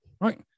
Right